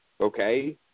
Okay